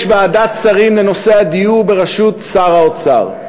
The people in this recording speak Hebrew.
יש ועדת שרים לנושא הדיור בראשות שר האוצר,